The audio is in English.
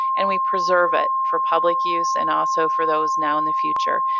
and we preserve it for public use and also for those now in the future.